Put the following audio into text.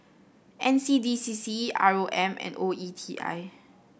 N C D C C R O M and O E T I